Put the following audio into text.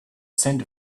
scent